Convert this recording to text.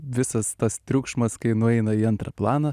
visas tas triukšmas kai nueina į antrą planą